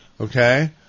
Okay